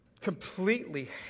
completely